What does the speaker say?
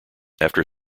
after